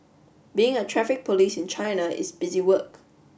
being a Traffic Police in China is busy work